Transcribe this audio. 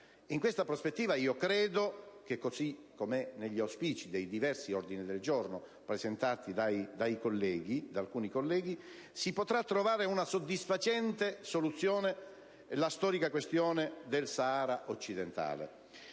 In questa prospettiva, credo che, così come è negli auspici dell'ordine del giorno presentato da alcuni colleghi, si potrà trovare una soluzione soddisfacente alla storica questione del Sahara occidentale.